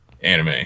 anime